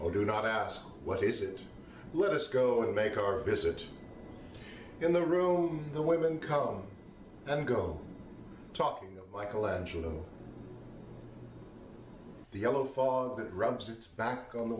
or do not ask what is it let us go and make our visit in the room the women come and go talking michelangelo the yellow fog that rubs its back on the